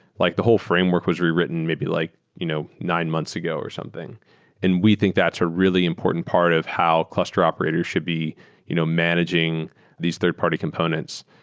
like the whole framework was rewritten maybe like you know nine months ago or something and we think that's a really important part of how cluster operators should be you know managing these third-party components.